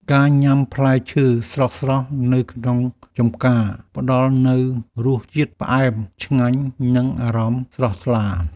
ការញ៉ាំផ្លែឈើស្រស់ៗនៅក្នុងចម្ការ ផ្តល់នូវរសជាតិផ្អែមឆ្ងាញ់ និងអារម្មណ៍ស្រស់ថ្លា។